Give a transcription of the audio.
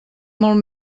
molt